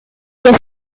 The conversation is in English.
their